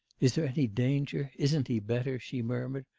is there any danger? isn't he better she murmured.